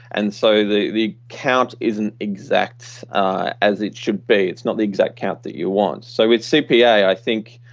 and so, the the count isn't exact as it should be. it's not the exact count that you want. so, with cpa, i think